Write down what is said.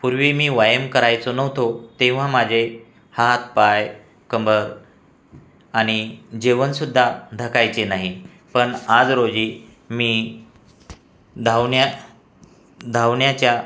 पूर्वी मी वायाम करायचो नव्हतो तेव्हा माझे हात पाय कंबर आनि जेवनसुद्धा ढकायचे नाही पन आज रोजी मी धावन्या धावन्याच्या